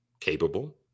capable